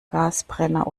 gasbrenner